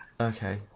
okay